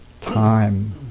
time